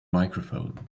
microphone